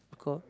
because